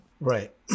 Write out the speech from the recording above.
Right